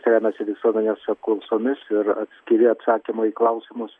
remiasi visuomenės apklausomis ir atskiri atsakymai į klausimus